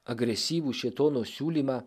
agresyvų šėtono siūlymą